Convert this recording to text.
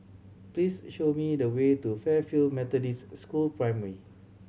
please show me the way to Fairfield Methodist School Primary